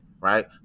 right